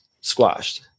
squashed